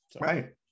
Right